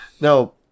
Now